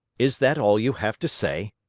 is that all you have to say?